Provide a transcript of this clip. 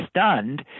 stunned